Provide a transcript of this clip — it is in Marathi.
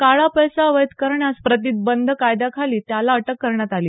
काळा पैसा वैध करण्यास प्रतिबंध कायद्याखाली त्याला अटक करण्यात आली